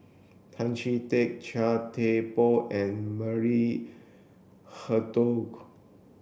Tan Chee Teck Chia Thye Poh and Maria Hertogh